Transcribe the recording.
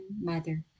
mother